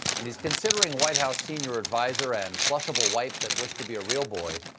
and he's considering white house senior adviser and flushable wipe that wished to be a real boy,